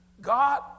God